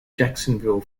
jacksonville